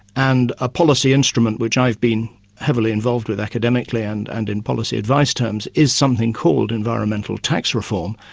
and a policy instrument which i've been heavily involved with academically and and in policy advice terms, is something called environmental tax reform,